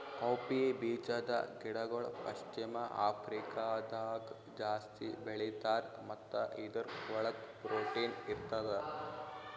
cowpea ಬೀಜದ ಗಿಡಗೊಳ್ ಪಶ್ಚಿಮ ಆಫ್ರಿಕಾದಾಗ್ ಜಾಸ್ತಿ ಬೆಳೀತಾರ್ ಮತ್ತ ಇದುರ್ ಒಳಗ್ ಪ್ರೊಟೀನ್ ಇರ್ತದ